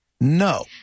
no